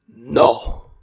No